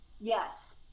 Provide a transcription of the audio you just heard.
yes